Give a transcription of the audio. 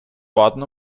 orden